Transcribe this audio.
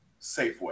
Safeway